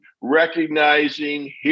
recognizing